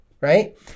right